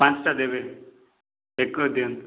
ପାଞ୍ଚଟା ଦେବେ ପେକ୍ କରି ଦିଅନ୍ତୁ